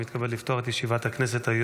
לפתוח את ישיבת הכנסת.